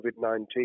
COVID-19